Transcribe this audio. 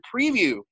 preview